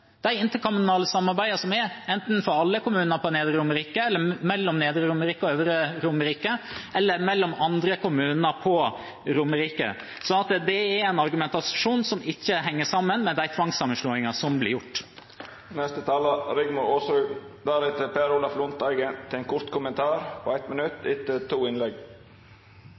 De interkommunale samarbeidene som er, er enten for alle kommuner på Nedre Romerike, eller mellom Nedre Romerike og Øvre Romerike, eller mellom andre kommuner på Romerike. Så det er en argumentasjon som ikke henger sammen med de tvangssammenslåingene som ble gjort. Debatten går mot slutten, og det hadde vært ålreit om vi kunne ha brukt denne debatten til